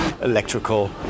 electrical